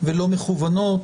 ולא מכוונות